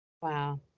Wow